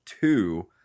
Two